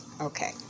Okay